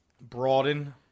broaden